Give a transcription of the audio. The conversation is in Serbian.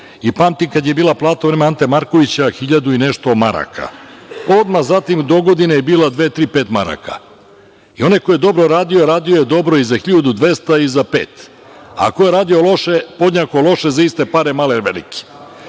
i pamtim kada je bila plata u vreme Ante Markovića 1000 i nešto maraka. Odmah zatim dogodine je bila dve, tri, pet maraka i onaj ko je dobro radio, radio je dobro i za 1200 i za pet, a ko je radio loše, podjednako loše za iste pare, male ili